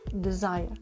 desire